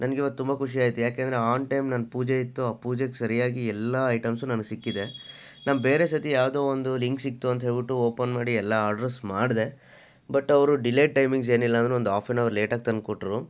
ನನ್ಗಿವತ್ತು ತುಂಬ ಖುಷಿಯಾಯಿತು ಯಾಕೆಂದರೆ ಆನ್ ಟೈಮ್ ನಾನು ಪೂಜೆ ಇತ್ತು ಆ ಪೂಜೆಗೆ ಸರಿಯಾಗಿ ಎಲ್ಲ ಐಟಮ್ಸು ನನಗೆ ಸಿಕ್ಕಿದೆ ನಾನು ಬೇರೆ ಸತಿ ಯಾವುದೋ ಒಂದು ಲಿಂಕ್ ಸಿಕ್ತು ಅಂತ್ಹೇಳ್ಬಿಟ್ಟು ಓಪನ್ ಮಾಡಿ ಎಲ್ಲ ಆರ್ಡರ್ಸ್ ಮಾಡಿದೆ ಬಟ್ ಅವರು ಡಿಲೇ ಟೈಮಿಂಗ್ಸೇನಿಲ್ಲ ಅಂದರೂ ಒಂದು ಹಾಫ್ ಆ್ಯನ್ ಅವರ್ ಲೇಟಾಗಿ ತಂದುಕೊಟ್ರು